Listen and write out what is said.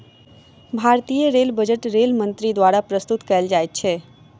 भारतीय rail budget rail मंत्री द्वारा प्रस्तुत कयल जाइत अछि